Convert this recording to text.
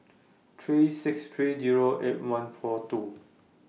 three six three Zero eight one four two